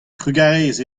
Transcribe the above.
trugarez